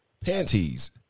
panties